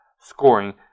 scoring